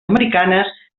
americanes